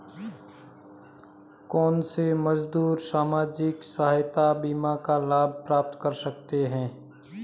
कौनसे मजदूर सामाजिक सहायता बीमा का लाभ प्राप्त कर सकते हैं?